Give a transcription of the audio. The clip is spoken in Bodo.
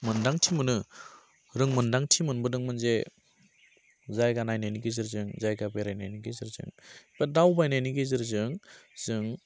मोनदांथि मोनो रोंमोनदांथि मोनबोदोंमोन जे जायगा नायनायनि गेजेरजों जायगा बेरायनायनि गेजेरजों बा दावबायनायनि गेजेरजों जों